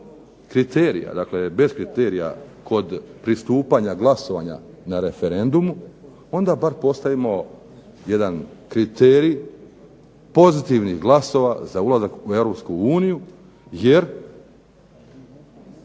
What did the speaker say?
kriterija, dakle bez kriterija kod pristupanja glasovanja na referendumu, onda bar postavimo jedan kriterij pozitivnih glasova za ulazak u